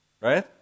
Right